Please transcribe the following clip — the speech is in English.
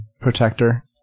protector